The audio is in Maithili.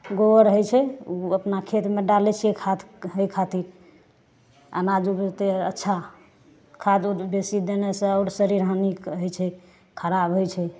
गोबर हय छै ओ अपना खेतमे डालैत छियै खाद हय खातिर अनाज उपजतै अच्छा खाद द बेसी देनेसँ आओर शरीर हानि हय छै खराब हय छै